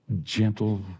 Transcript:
gentle